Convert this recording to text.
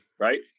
Right